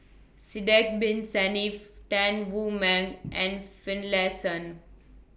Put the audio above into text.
Sidek Bin Saniff Tan Wu Meng and Finlayson